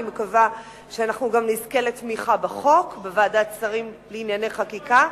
אני מקווה שאנחנו גם נזכה לתמיכה בחוק בוועדת השרים לענייני חקיקה.